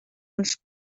uns